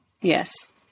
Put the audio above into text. yes